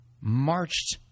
marched